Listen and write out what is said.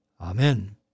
Amen